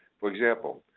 for example,